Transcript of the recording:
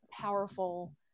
powerful